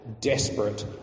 desperate